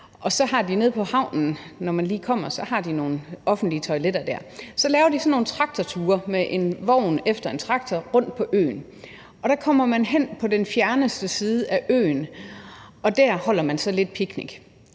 nede på havnen, lige når man kommer, nogle offentlige toiletter. Så laver de så nogle traktorture med en vogn efter – en traktor rundt på øen. Der kommer man hen på den fjerneste side af øen, og der holder man så lidt picnic.